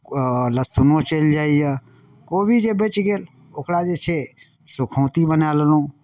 लहसुनो चलि जाइए कोबी जे बचि गेल ओकरा जे छै सुखौँती बनाए लेलहुँ